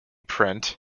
print